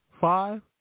five